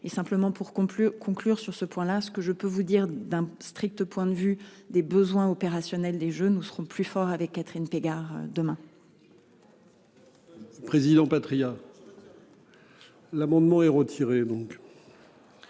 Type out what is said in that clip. et simplement pour qu'on peut conclure sur ce point là ce que je peux vous dire d'un strict point de vue des besoins opérationnels des Jeux, nous serons plus forts avec Catherine Pégard demain. Président Patriat. Sur le terrain. L'amendement est retiré